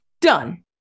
Done